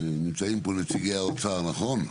נמצאים פה נציגי האוצר, נכון?